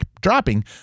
dropping